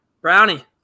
Brownie